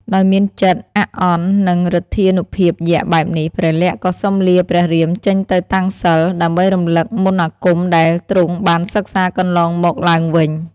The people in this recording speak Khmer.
ដោយមានចិត្តអាក់អន់ នឹង ឫទ្ធានុភាពយក្សបែបនេះ ព្រះលក្សណ៍ក៏សុំលាព្រះរាមចេញទៅតាំងសិល្ប៍ ដើម្បីរំលឹកមន្តអាគមដែលទ្រង់បានសិក្សាកន្លងមកឡើងវិញ។